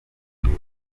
ibiri